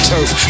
Turf